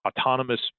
autonomous